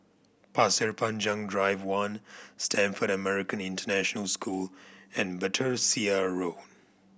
Pasir Panjang Drive One Stamford American International School and Battersea Road